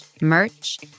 merch